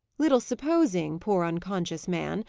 little supposing, poor unconscious man,